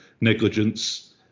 negligence